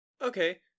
okay